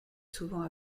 souvent